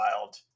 Wild